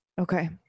Okay